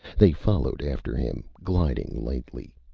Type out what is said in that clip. they followed after him, gliding lightly.